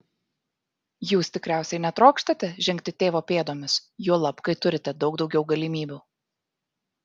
jūs tikriausiai netrokštate žengti tėvo pėdomis juolab kai turite daug daugiau galimybių